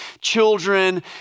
children